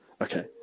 Okay